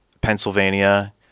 Pennsylvania